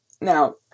Now